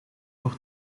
door